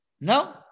No